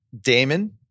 Damon